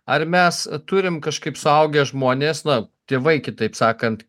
ar mes turim kažkaip suaugę žmonės na tėvai kitaip sakant